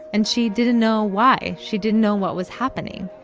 and she didn't know why. she didn't know what was happening.